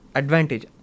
advantage